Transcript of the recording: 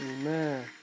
Amen